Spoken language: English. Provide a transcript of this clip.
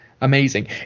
amazing